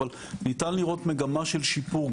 אבל ניתן לראות מגמה של שיפור,